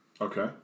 Okay